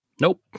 Nope